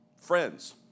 friends